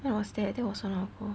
no I was there that was so long ago